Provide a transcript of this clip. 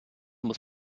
muss